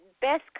best